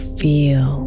feel